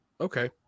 Okay